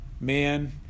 man